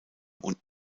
und